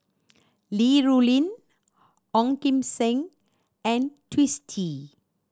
Li Rulin Ong Kim Seng and Twisstii